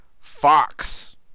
Fox